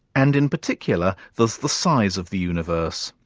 and in particular, there's the size of the universe,